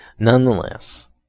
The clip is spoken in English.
nonetheless